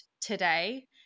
today